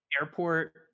airport